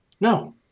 no